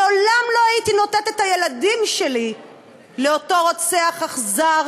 לעולם לא הייתי נותנת את הילדים שלי לאותו רוצח אכזר,